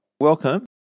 Welcome